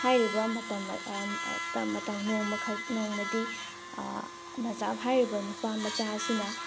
ꯍꯥꯏꯔꯤꯕ ꯃꯇꯝ ꯅꯣꯡꯃꯗꯤ ꯅꯖꯥꯞ ꯍꯥꯏꯔꯤꯕ ꯅꯨꯄꯥ ꯃꯆꯥ ꯑꯁꯤꯅ